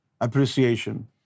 appreciation